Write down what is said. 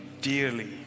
dearly